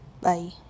bye